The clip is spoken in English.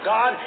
God